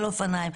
על אופניים,